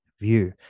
View